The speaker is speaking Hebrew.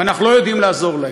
ואנחנו לא יודעים לעזור להם.